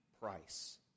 price